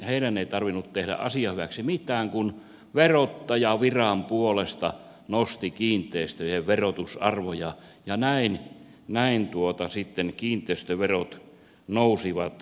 heidän ei tarvinnut tehdä asian hyväksi mitään kun verottaja viran puolesta nosti kiinteistöjen verotusarvoja ja näin sitten kiinteistöverot nousivat kiinteistöjen omistajilla